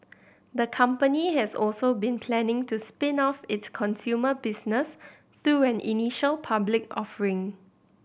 the company has also been planning to spin off its consumer business through an initial public offering